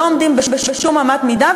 שלא עומדים בשום אמת מידה,